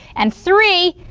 and three